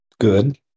good